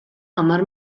hamar